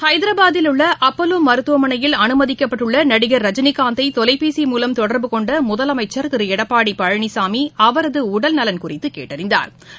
னஹதராபாத்தில் உள்ளஅப்போலோமருத்துவமனையில் அனுமதிக்கப்பட்டுள்ளநடிகர் ரஜினினந்தைதொலைபேசி மூவம் தொடர்பு கொண்டமுதலமைச்ச் திருளடப்பாடிபழனிசாமிஅவரதஉடல் நலன் குறித்துகேட்டறிந்தாா்